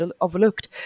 overlooked